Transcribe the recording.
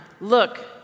look